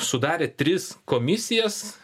sudarė tris komisijas